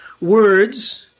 words